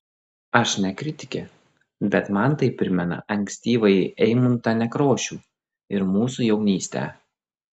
aš ne kritikė bet man tai primena ankstyvąjį eimuntą nekrošių ir mūsų jaunystę